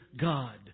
God